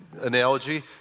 Analogy